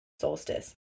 solstice